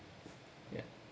yeah